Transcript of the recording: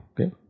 okay